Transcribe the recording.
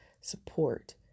support